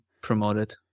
promoted